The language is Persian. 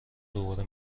دوباره